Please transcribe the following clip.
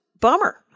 bummer